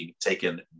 taken